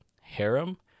harem